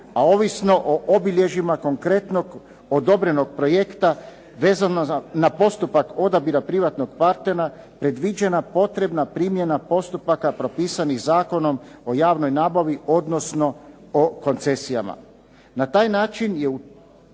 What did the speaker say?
a ovisno o obilježjima konkretnog odobrenog projekta vezano na postupak odabira privatnog partnera predviđena potrebna primjena postupaka propisanih Zakonom o javnoj nabavi, odnosno o koncesijama.